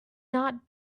not